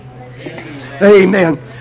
Amen